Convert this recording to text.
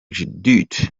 judith